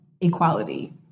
equality